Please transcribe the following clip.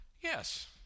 Yes